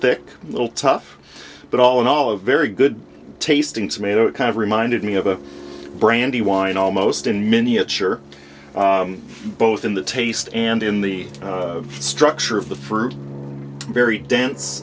thick a little tough but all in all of very good tasting tomato it kind of reminded me of a brandywine almost in miniature both in the taste and in the structure of the fruit very